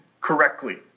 correctly